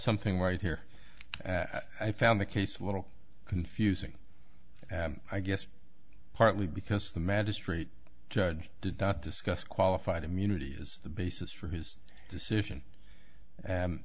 something right here i found the case a little confusing i guess partly because the magistrate judge did not discuss qualified immunity is the basis for his decision